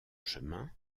chemin